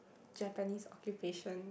Japanese occupation